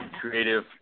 creative